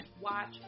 watch